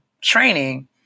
training